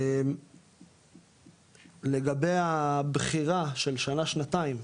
לגבי הבחירה של שנה-שנתיים,